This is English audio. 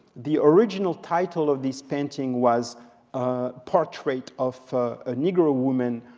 the original title of this painting was ah portrait of a negro woman.